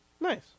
Nice